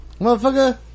Motherfucker